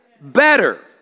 better